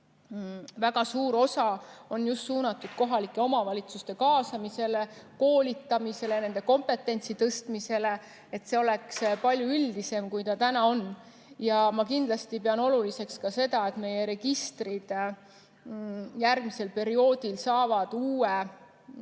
väga suur osa neist on just suunatud kohalike omavalitsuste kaasamisele, koolitamisele, nende kompetentsi tõstmisele, et see kõik oleks palju üldisem, kui see täna on. Ma kindlasti pean oluliseks ka seda, et meie registrid järgmisel perioodil saaksid uue